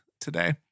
today